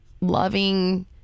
loving